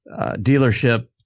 dealership